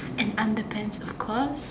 and underpants of course